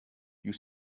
you